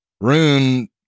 Rune